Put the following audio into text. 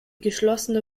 geschlossene